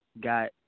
got